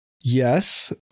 Yes